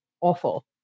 awful